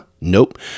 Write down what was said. Nope